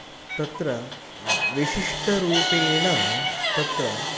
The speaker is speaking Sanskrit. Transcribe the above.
तत्र विशिष्टरूपेण तत्र